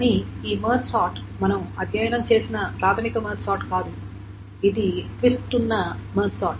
కానీ ఈ merge sort మనం అధ్యయనం చేసిన ప్రాథమిక మెర్జ్ సార్ట్ కాదు ఇది ట్విస్ట్ ఉన్న మెర్జ్ సార్ట్